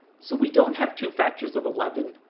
so we don't have two factors of eleven.